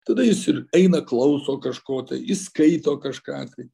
tada jis ir eina klauso kažko tai jis skaito kažką tai